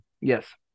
Yes